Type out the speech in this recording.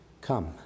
Come